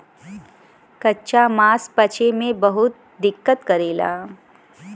कच्चा मांस पचे में बहुत दिक्कत करेला